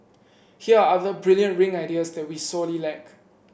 here are other brilliant ring ideas that we sorely lack